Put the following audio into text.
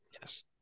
yes